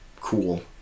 cool